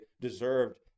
deserved